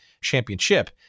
championship